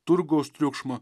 turgaus triukšmą